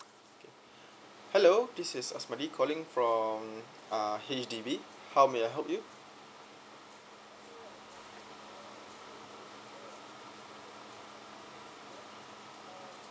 okay hello this is asmadi calling from uh H_D_B how may I help you